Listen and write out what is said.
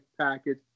package